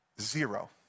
Zero